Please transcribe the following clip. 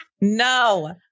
No